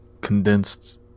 condensed